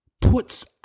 puts